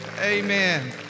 amen